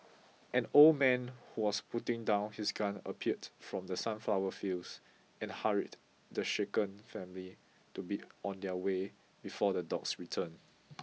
an old man who was putting down his gun appeared from the sunflower fields and hurried the shaken family to be on their way before the dogs return